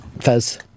Fez